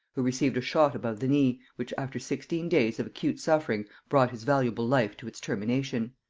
who received a shot above the knee, which after sixteen days of acute suffering brought his valuable life to its termination.